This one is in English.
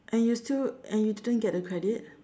and you still and you didn't get the credit